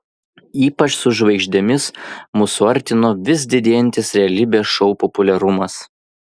ypač su žvaigždėmis mus suartino vis didėjantis realybės šou populiarumas